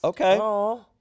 Okay